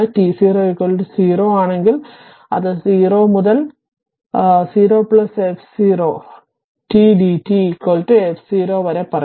t0 0 n ആണെങ്കിൽ അത് 0 മുതൽ 0 f0 t dt f0 വരെ പറയും